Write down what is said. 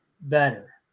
better